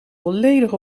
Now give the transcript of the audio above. volledig